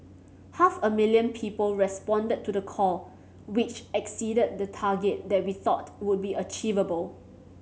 half a million people responded to the call which exceeded the target that we thought would be achievable